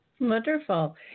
Wonderful